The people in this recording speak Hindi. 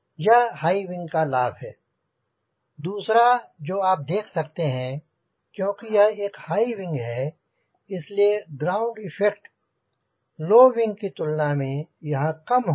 यह हाइविंग का लाभ है दूसरा जो आप देख सकते हैं क्योंकि यह एक हाईविंग है इसलिए ग्राउंड इफेक्ट लो विंग की तुलना में यहांँ कम होगा